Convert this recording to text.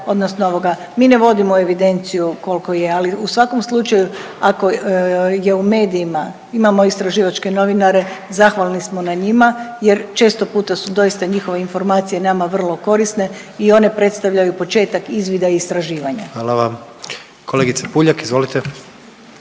odnosno ovoga mi ne vodimo evidenciju kolko je, ali u svakom slučaju ako je u medijima imamo istraživačke novinare zahvalni smo na njima jer često puta su doista njihove informacije nama vrlo korisne i one predstavljaju početak izvida i istraživanja. **Jandroković, Gordan